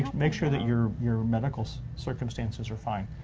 make sure that your your medical circumstances are fine.